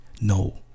no